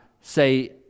say